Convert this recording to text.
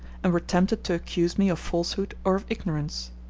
and were tempted to accuse me of falsehood or of ignorance.